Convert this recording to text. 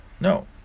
No